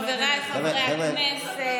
חבריי חברי הכנסת,